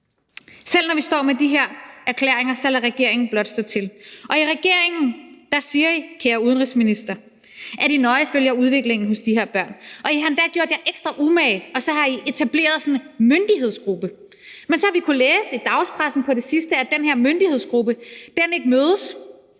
hun er kommet i i den her lejr – lader regeringen blot til. I regeringen siger I, kære udenrigsminister, at I nøje følge udviklingen hos de her børn, og I har endda gjort jer ekstra umage, og så har I etableret sådan en myndighedsgruppe. Men så har vi på det sidste kunnet læse i dagspressen, at den her myndighedsgruppe ikke mødes.